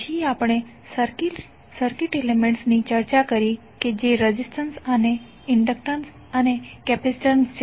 પછી આપણે circuit elements ની ચર્ચા કરી કે જે રેઝિસ્ટન્સ ઇન્ડક્ટન્સ અને કેપેસિટન્સ છે